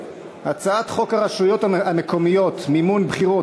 הצעת חוק הרשויות המקומיות (מימון בחירות)